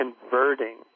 converting